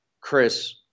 Chris –